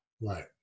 Right